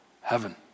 heaven